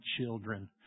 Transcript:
children